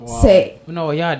say